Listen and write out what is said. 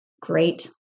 great